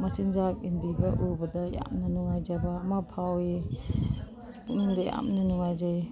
ꯃꯆꯤꯟꯖꯥꯛ ꯏꯟꯕꯤꯕ ꯎꯕꯗ ꯌꯥꯝꯅ ꯅꯨꯡꯉꯥꯏꯖꯕ ꯑꯃ ꯐꯥꯎꯏ ꯄꯨꯛꯅꯤꯡꯗ ꯌꯥꯝꯅ ꯅꯨꯡꯉꯥꯏꯖꯩ